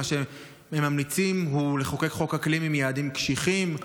מה שהם ממליצים הוא לחוקק חוק אקלים עם יעדים קשיחים.